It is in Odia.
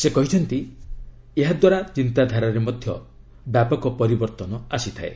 ସେ କହିଛନ୍ତି ଏହାଦ୍ୱାରା ଚିନ୍ତାଧାରାରେ ମଧ୍ୟ ବ୍ୟାପକ ପରିବର୍ତ୍ତନ ଆସିଥାଏ